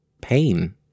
pain